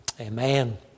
Amen